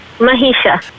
Mahisha